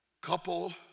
couple